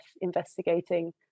investigating